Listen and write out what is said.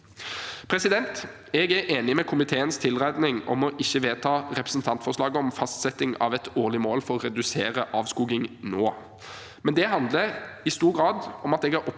regelverk. Jeg er enig i komiteens tilrådning om ikke å vedta representantforslaget om fastsetting av et årlig mål for å redusere avskoging nå, men det handler i stor grad om at jeg er opptatt